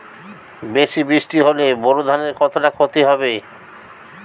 বেশি বৃষ্টি হলে বোরো ধানের কতটা খতি হবে?